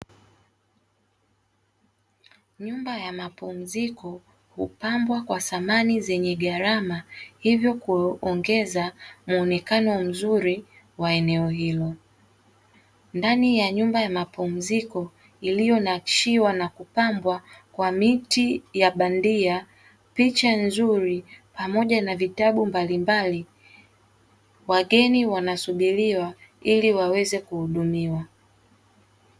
Nyumba ya mapumziko hupambwa na samani zenye gharama hivyo kuongeza muonekano mzuri wa eneo hilo, ndani ya nyumba ya mapumziko iliyonakshiwa na kupambwa kwa miti ya bandia, picha nzuri pamoja na vitabu mbalimbali wageni wanasubiriwa ili waweza kuhudumiwa.